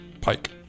Pike